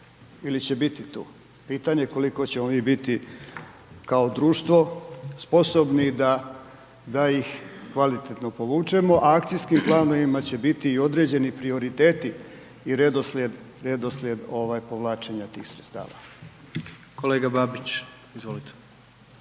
ili će biti tu, pitanje koliko ćemo mi biti kao društvo sposobni da ih kvalitetno povučemo, a akcijskim planovima će biti i određeni prioriteti i redoslijed, redoslijed ovaj povlačenja tih sredstava. **Jandroković, Gordan